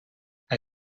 hij